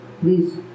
Please